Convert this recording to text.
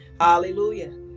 Hallelujah